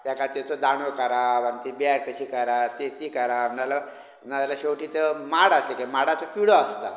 तेका तेचो दांडो कसो करप आनी ती बॅट कशी करप ती ती करप नाजाल्यार नाजाल्यार शेवटी ते माड आसले पळय माडाचे पिडो आसता